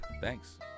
Thanks